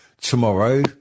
tomorrow